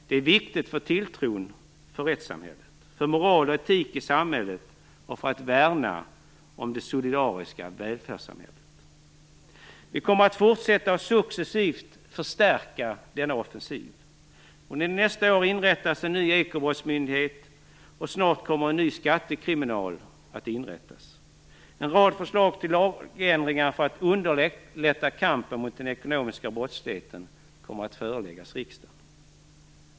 Det är viktigt för tilltron till rättssamhället, för moral och etik i samhället och för att värna det solidariska välfärdssamhället. Vi kommer att fortsätta att successivt förstärka denna offensiv. Nästa år inrättas en ny ekobrottsmyndighet, och snart kommer en ny skattekriminal att inrättas. En rad förslag till lagändringar för att underlätta kampen mot den ekonomiska brottsligheten kommer att föreläggas riksdagen.